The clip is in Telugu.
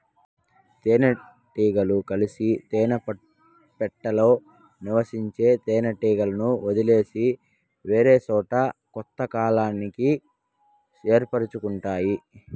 తేనె టీగలు కలిసి తేనె పెట్టలో నివసించే తేనె టీగలను వదిలేసి వేరేసోట కొత్త కాలనీలను ఏర్పరుచుకుంటాయి